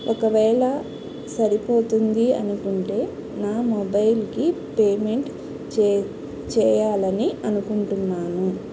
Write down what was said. ఒకవేళ సరిపోతుంది అనుకుంటే నా మొబైల్కి పేమెంట్ చే చేయాలని అనుకుంటున్నాను